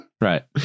Right